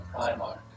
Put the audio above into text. Primark